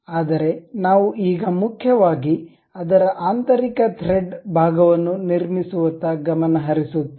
ಆದರೆ ನಾವು ಈಗ ಮುಖ್ಯವಾಗಿ ಅದರ ಆಂತರಿಕ ಥ್ರೆಡ್ ಭಾಗವನ್ನು ನಿರ್ಮಿಸುವತ್ತ ಗಮನ ಹರಿಸುತ್ತೇವೆ